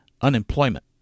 Unemployment